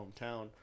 hometown